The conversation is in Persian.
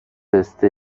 پسته